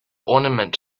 ornament